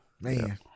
Man